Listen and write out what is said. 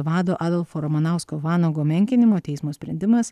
vado adolfo ramanausko vanago menkinimo teismo sprendimas